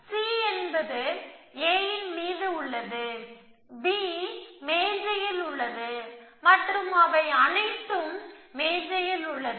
C என்பது A ன் மீது உள்ளது B மேஜையில் உள்ளது மற்றும் அவை அனைத்தும் மேஜையில் உள்ளது